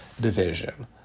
Division